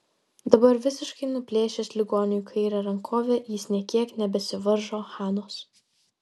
dabar visiškai nuplėšęs ligoniui kairę rankovę jis nė kiek nebesivaržo hanos